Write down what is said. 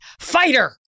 fighter